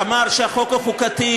אמר שהחוק הוא חוקתי,